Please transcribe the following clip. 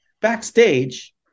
backstage